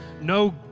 no